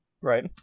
Right